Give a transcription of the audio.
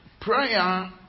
Prayer